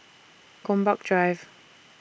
Gombak Drive